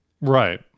Right